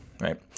right